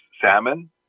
salmon